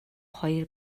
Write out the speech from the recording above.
хоёр